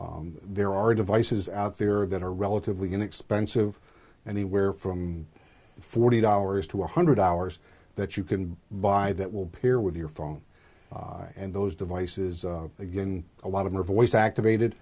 there are devices out there that are relatively inexpensive anywhere from forty dollars to one hundred hours that you can buy that will peer with your phone and those devices again a lot of my voice activated